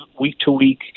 week-to-week